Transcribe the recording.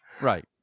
Right